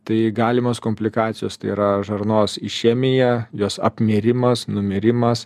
tai galimos komplikacijos tai yra žarnos išemija jos apmirimas numirimas